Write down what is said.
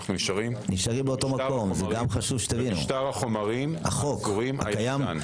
נישאר עם משטר החומרים הישן.